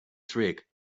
trick